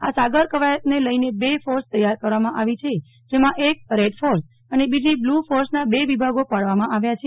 આ સાગર કવાયતને લઈને બે ફોર્સ તૈયાર કરવામાં આવી છે જેમાં એક રેડ ફોર્સ અને બીજી બ્લુ ફોર્સના બે વિભાગો પાડવામાં આવ્યા છે